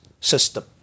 system